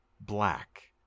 black